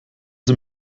sie